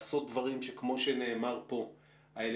הזדמנות לעשות דברים שכמו שנאמר כאן האלמנט